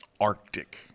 arctic